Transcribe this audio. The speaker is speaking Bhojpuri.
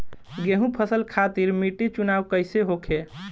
गेंहू फसल खातिर मिट्टी चुनाव कईसे होखे?